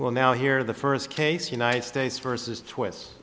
well now here the first case united states versus twists